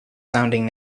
sounding